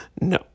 No